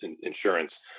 insurance